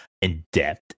in-depth